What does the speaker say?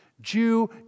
Jew